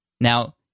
Now